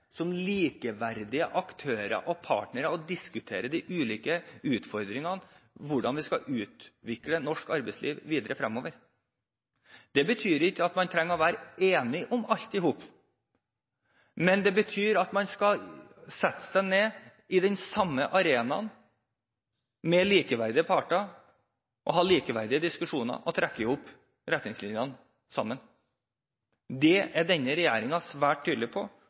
som likeverdige aktører og partnere og diskuterer de ulike utfordringene, hvordan vi skal utvikle norsk arbeidsliv videre fremover. Det betyr ikke at man trenger å være enige om alt, men det betyr at man skal sette seg ned på den samme arenaen som likeverdige parter, ha likeverdige diskusjoner og trekke opp retningslinjene sammen. Det er denne regjeringen svært tydelig på,